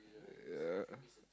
ya